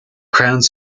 crowns